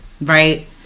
right